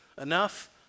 enough